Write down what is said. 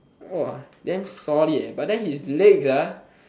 !wah! damn solid eh but then his legs ah